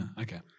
okay